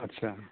आदसा